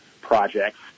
projects